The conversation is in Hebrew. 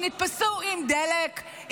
שנתפסו עם דלק,